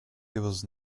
was